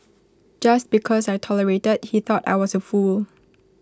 just because I tolerated he thought I was A fool